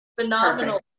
Phenomenal